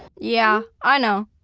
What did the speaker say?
yeah, i know.